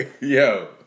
Yo